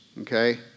okay